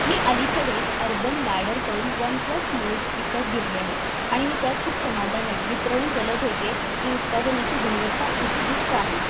मी अलीकडेच अर्बन लॅडरकडून OnePlus Nord विकत घेतले आहे आणि मी त्यात खूप समाधानी आहे वितरण जलद होते आणि उत्पादनाची गुणवत्ता उत्कृष्ट आहे